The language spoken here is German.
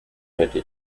hätte